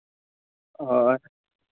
ᱚᱻ